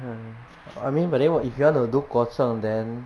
um I mean but then what if you want to do 国正 then